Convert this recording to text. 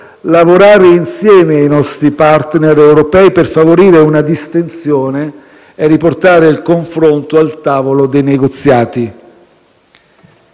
lavorare insieme ai nostri *partner* europei per favorire una distensione e riportare il confronto al tavolo dei negoziati.